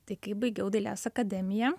tai kai baigiau dailės akademiją